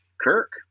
Kirk